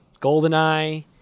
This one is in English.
Goldeneye